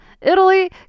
Italy